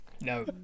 No